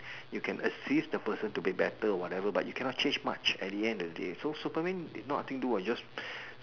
you can assist the person to be better or whatever but you can not change much at the end of the day so Superman did not thing do what he just